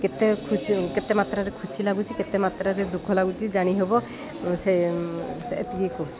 କେତେ ଖୁସି କେତେ ମାତ୍ରାରେ ଖୁସି ଲାଗୁଛି କେତେ ମାତ୍ରାରେ ଦୁଃଖ ଲାଗୁଛି ଜାଣିହବ ସେ ଏତିକି କହୁଛି